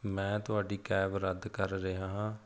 ਮੈਂ ਤੁਹਾਡੀ ਕੈਬ ਰੱਦ ਕਰ ਰਿਹਾ ਹਾਂ